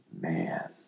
man